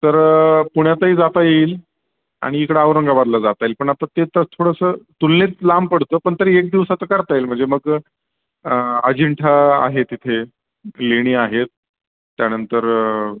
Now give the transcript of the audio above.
तर पुण्यातही जाता येईल आणि इकडं औरंगाबादला जाता येईल पण आता ते तर थोडंसं तुलनेत लांब पडतं पण तरी एक दिवस आता करता येईल म्हणजे मग अजिंठा आहे तिथे लेणी आहेत त्यानंतर